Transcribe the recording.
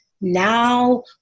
Now